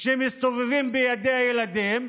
שמסתובבים בידי הילדים,